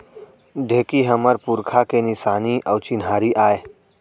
ढेंकी हमर पुरखा के निसानी अउ चिन्हारी आय